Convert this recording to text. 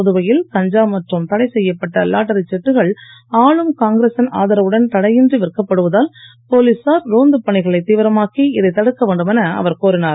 புதுவையில் கஞ்சா மற்றும் தடை செய்யப்பட்ட லாட்டரிச் சீட்டுகள் ஆளும் காங்கிரசின் ஆதரவுடன் தடையின்றி விற்கப்படுவதால் போலீசார் ரோந்துப் பணிகளைத் தீவிரமாக்கி இதைத் தடுக்க வேண்டும் என அவர் கோரினார்